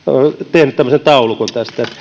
tehnyt tämmöisen taulukon